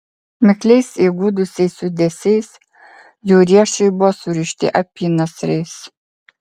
mikliais įgudusiais judesiais jų riešai buvo surišti apynasriais